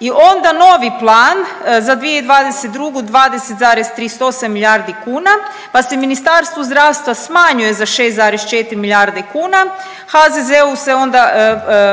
i onda novi plan za 2022. 20,38 milijardi kuna, pa se ministarstvo zdravstva smanjuje za 6,4 milijarde kuna, HZZO-u se onda